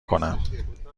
کنم